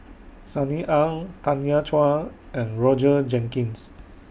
Sunny Ang Tanya Chua and Roger Jenkins